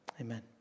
Amen